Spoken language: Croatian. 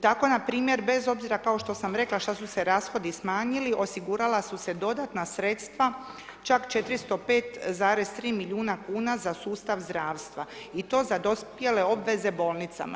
Tako npr. bez obzira kao što sam rekla šta su se rashodi smanjili, osigurala su se dodatna sredstva, čak 405,3 milijuna kuna za sustav zdravstva i to sa dospjele obveze bolnicama.